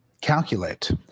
calculate